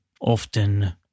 often